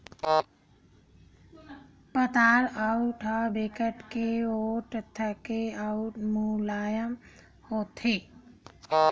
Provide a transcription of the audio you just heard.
पातर ऊन ह बिकट के पोठ होथे अउ मुलायम होथे